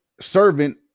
servant